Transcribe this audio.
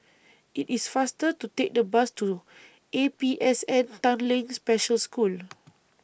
IT IS faster to Take The Bus to A P S N Tanglin Special School